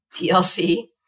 TLC